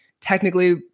technically